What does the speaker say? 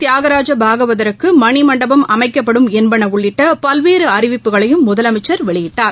தியாகராஜ பாகவதருக்குமணிமண்டபம் திருச்சியில் அமைக்கப்படும் என்பனஉள்ளிட்டபல்வேறுஅறிவிப்புகளையும் முதலமைச்சர் வெளியிட்டார்